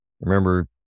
Remember